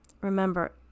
Remember